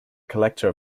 collector